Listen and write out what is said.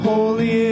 Holy